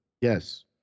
Yes